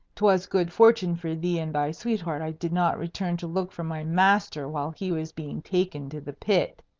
twas good fortune for thee and thy sweetheart i did not return to look for my master while he was being taken to the pit,